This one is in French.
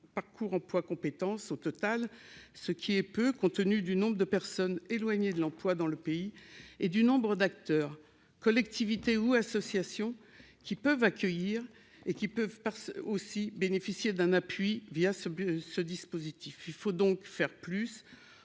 parcours emploi compétence au total, ce qui est peu compte tenu du nombre de personnes éloignées de l'emploi dans le pays et du nombre d'acteurs collectivités ou associations qui peuvent accueillir et qui peuvent, par aussi bénéficier d'un appui via ce ce dispositif, il faut donc faire plus